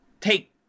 take